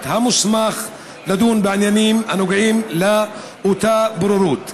המוסמך לדון בעניינים הנוגעים לאותה בוררות.